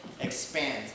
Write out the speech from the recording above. expands